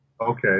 okay